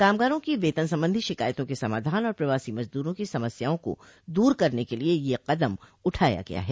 कामगारों की वेतन संबंधी शिकायतों के समाधान और प्रवासी मजदूरों की समस्याओं को दूर करने के लिए यह कदम उठाया गया है